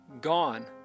gone